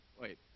Wait